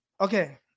Okay